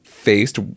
faced